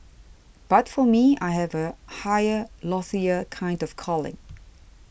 but for me I have a higher loftier kind of calling